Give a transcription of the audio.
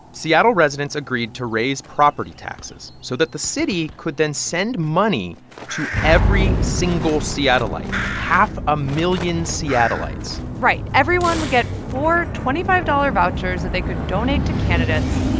seattle residents agreed to raise property taxes so that the city could then send money to every single seattleite half a million seattleites right. everyone would get four twenty five dollars vouchers that they could donate to candidates.